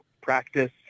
practice